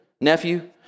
Nephew